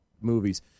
movies